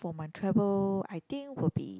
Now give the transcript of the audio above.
for my travel I think will be